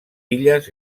illes